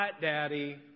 daddy